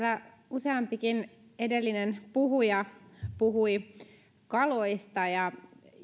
useampikin edellinen puhuja puhui kaloista ja